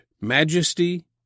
Majesty